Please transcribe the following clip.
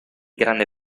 grande